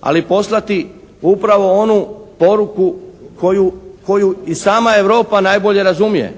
Ali poslati upravo onu poruku koju i sama Europa najbolje razumije,